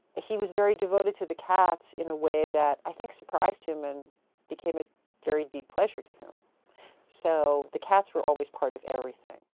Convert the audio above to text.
he was very devoted to the cats in a way that i think surprised him and became a very deep pleasure to him so the cats were always part of everything.